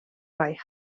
reich